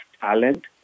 talent